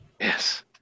Yes